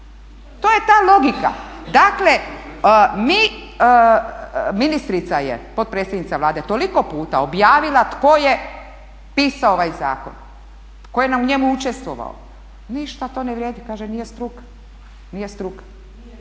To je ta logika. Dakle ministrica je, potpredsjednica Vlade toliko puta objavila tko je pisao ovaj zakon, tko je na njemu učestvovao. Ništa to ne vrijedi, kaže nije struka. Nije struka.